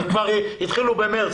הם כבר התחילו במרס.